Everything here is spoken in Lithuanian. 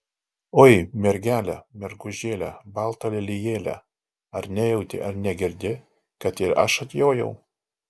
oi mergele mergužėle balta lelijėle ar nejauti ar negirdi kad ir aš atjojau